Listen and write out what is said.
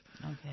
Okay